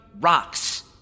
rocks